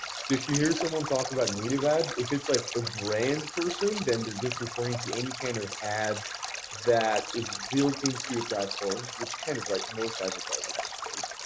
so if you hear someone talk about native ads, if it's like a brand person, then they're just referring to any kind of ads that is built into a platform, which kind of is like most advertising i suppose.